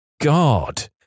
god